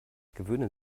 gewöhnen